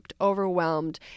overwhelmed